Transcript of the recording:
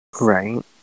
Right